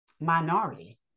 minority